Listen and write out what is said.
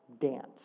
Dance